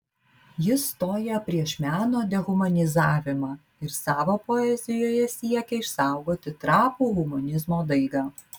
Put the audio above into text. jis stoja prieš meno dehumanizavimą ir savo poezijoje siekia išsaugoti trapų humanizmo daigą